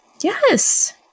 Yes